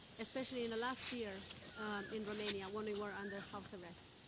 especially in the last year in romania, when we were under house arrest.